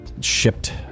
Shipped